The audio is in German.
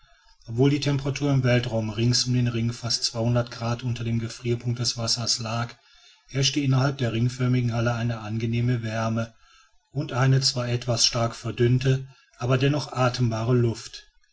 obwohl die temperatur im weltraum rings um den ring fast zweihundert grad unter dem gefrierpunkt des wassers lag herrschte innerhalb der ringförmigen halle eine angenehme wärme und eine zwar etwas stark verdünnte aber doch atembare luft